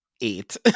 eight